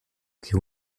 que